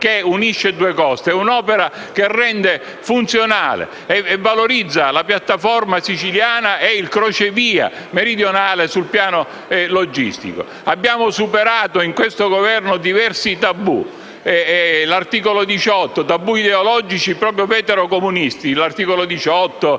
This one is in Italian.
un'opera che unisce due coste: è un'opera che rende funzionale e valorizza la piattaforma siciliana e il crocevia meridionale sul piano logistico. Abbiamo superato, con questo Governo, diversi tabù ideologici veterocomunisti